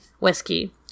whiskey